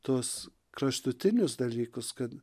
tuos kraštutinius dalykus kad